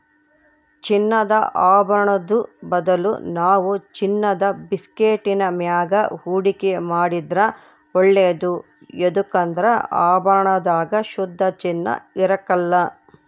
ಚಿನ್ನದ ಆಭರುಣುದ್ ಬದಲು ನಾವು ಚಿನ್ನುದ ಬಿಸ್ಕೆಟ್ಟಿನ ಮ್ಯಾಗ ಹೂಡಿಕೆ ಮಾಡಿದ್ರ ಒಳ್ಳೇದು ಯದುಕಂದ್ರ ಆಭರಣದಾಗ ಶುದ್ಧ ಚಿನ್ನ ಇರಕಲ್ಲ